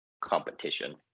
competition